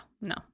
No